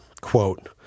quote